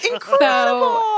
Incredible